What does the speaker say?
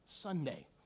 Sunday